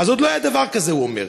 אז עוד לא היה דבר כזה, הוא אומר.